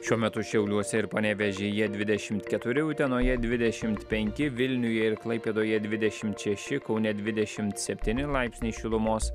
šiuo metu šiauliuose ir panevėžyje dvidešimt keturi utenoje dvidešimt penki vilniuje ir klaipėdoje dvidešimt šeši kaune dvidešimt septyni laipsniai šilumos